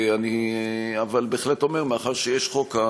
אבל בהחלט אומר שמאחר שיש חוק,